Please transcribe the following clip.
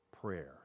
prayer